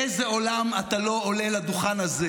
באיזה עולם אתה לא עולה לדוכן הזה,